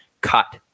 cut